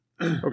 Okay